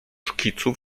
szkicu